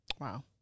Wow